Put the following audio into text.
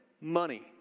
money